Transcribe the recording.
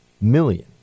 million